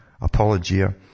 Apologia